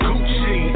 Gucci